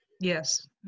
Yes